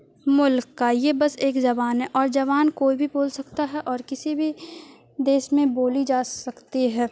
ملک کا یہ بس ایک زبان ہے اور زبان کوئی بھی بول سکتا ہے اور کسی بھی دیش میں بولی جا سکتی ہے